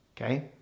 okay